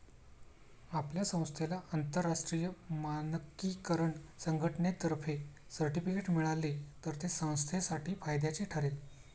आपल्या संस्थेला आंतरराष्ट्रीय मानकीकरण संघटनेतर्फे सर्टिफिकेट मिळाले तर ते संस्थेसाठी फायद्याचे ठरेल